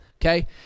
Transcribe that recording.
Okay